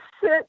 sit